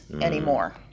anymore